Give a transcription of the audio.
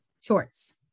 Shorts